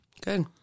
Good